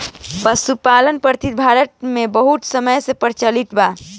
पशुपालन पद्धति भारत मे बहुत समय से प्रचलित बा